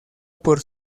por